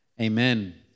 Amen